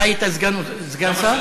אתה היית סגן שר?